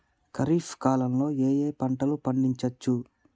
ఖరీఫ్ కాలంలో ఏ ఏ పంటలు పండించచ్చు?